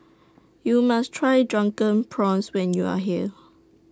YOU must Try Drunken Prawns when YOU Are here